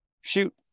Shoot